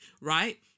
right